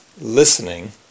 listening